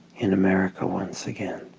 in america once again